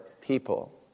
people